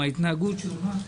מן ההתנהגות שלך.